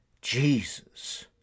Jesus